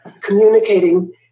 communicating